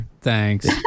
Thanks